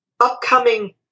upcoming